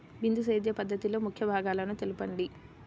బిందు సేద్య పద్ధతిలో ముఖ్య భాగాలను తెలుపండి?